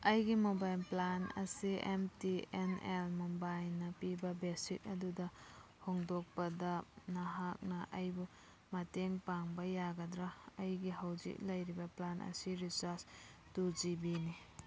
ꯑꯩꯒꯤ mobile plan ꯑꯁꯤ M T N L ꯃꯨꯝꯕꯥꯏꯅ ꯄꯤꯕ ꯕꯦꯁꯤꯛ ꯑꯗꯨꯗ ꯍꯣꯡꯗꯣꯛꯄꯗ ꯅꯍꯥꯛꯅ ꯑꯩꯕꯨ ꯃꯇꯦꯡ ꯄꯥꯡꯕ ꯌꯥꯒꯗ꯭ꯔ ꯑꯩꯒꯤ ꯍꯧꯖꯤꯛ ꯂꯩꯔꯤꯕ ꯄ꯭ꯂꯥꯟ ꯑꯁꯤ ꯔꯤꯆꯥꯔꯖ ꯇꯨ ꯖꯤ ꯕꯤꯅꯤ